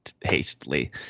hastily